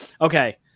Okay